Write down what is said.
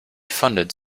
funded